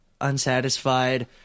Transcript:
unsatisfied